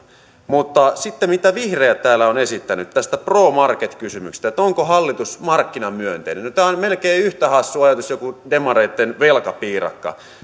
mutta sitten mitä vihreät täällä ovat esittäneet tästä pro market kysymyksestä onko hallitus markkinamyönteinen tämä on melkein yhtä hassu ajatus kuin joku demareitten velkapiirakka